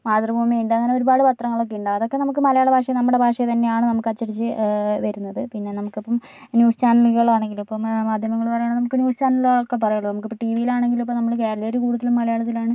മാതൃഭൂമി ഉണ്ട് അങ്ങനെ ഒരുപാട് പത്രങ്ങളൊക്കെ ഉണ്ട് അതൊക്കെ നമുക്ക് മലയാളഭാഷയിൽ നമ്മുടെ ഭാഷയിൽ തന്നെയാണ് നമുക്കച്ചടിച്ച് വരുന്നത് പിന്നെ നമുക്കിപ്പോൾ ന്യൂസ് ചാനലുകളാണെങ്കിൽ ഇപ്പോൾ മാധ്യമങ്ങൾ പറയുകയാണെങ്കിൽ നമുക്ക് ന്യൂസ് ചാനലുകളൊക്കെ പറയാമല്ലോ നമുക്ക് ഇപ്പോൾ ടിവിയിലാണെങ്കിലും ഇപ്പോൾ നമ്മൾ കേരളീയർ കൂടുതൽ മലയാളത്തിലാണ്